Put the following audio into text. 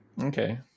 okay